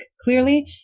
clearly